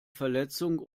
verletzung